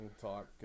talk